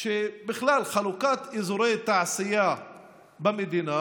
שבכלל חלוקת אזורי תעשייה במדינה